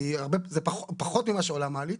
כי זה פחות ממה שעולה מעלית.